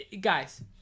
guys